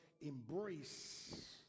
embrace